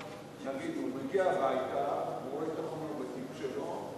נגיד שהוא מגיע הביתה והוא רואה את החומר בתיק שלו,